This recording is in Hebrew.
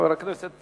חבר הכנסת